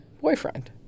boyfriend